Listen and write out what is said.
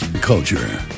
Culture